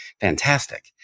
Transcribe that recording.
fantastic